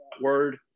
word